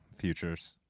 futures